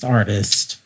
artist